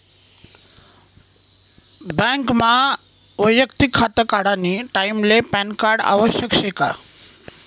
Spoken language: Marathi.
बँकमा वैयक्तिक खातं काढानी टाईमले पॅनकार्ड आवश्यक शे का?